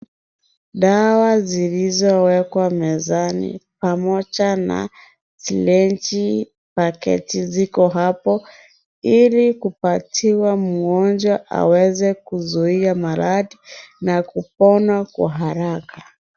Dawa zilizowekwa mezani pamoja na syringe ,paketi ziko hapo, ili kupatiwa mgonjwa, aweze kuzuia maradhi na kupona kwa haraka.